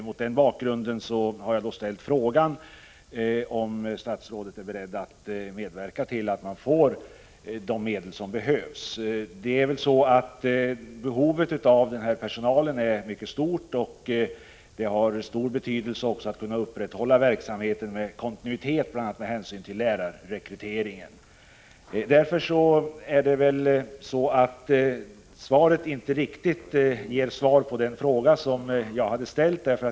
Mot denna bakgrund har jag ställt frågan om statsrådet är beredd att medverka till att man får de medel som behövs. Behovet av personal med skogsmästaroch skogsteknikerutbildning är mycket stort, och det är synnerligen betydelsefullt, bl.a. med hänsyn till lärarrekryteringen, att man med kontinuitet kan upprätthålla verksamheten. Jordbruksministerns svar ger inte riktigt svar på den fråga som jag har ställt.